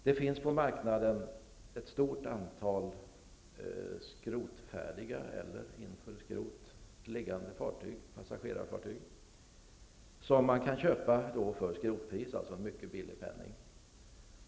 Det finns på marknaden ett stort antal skrotfärdiga passagerarfartyg, som man kan köpa för skrotpris, dvs. en mycket billig penning.